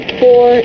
four